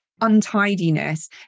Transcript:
untidiness